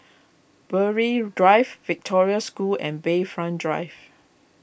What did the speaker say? Burghley Drive Victoria School and Bayfront Drive